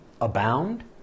abound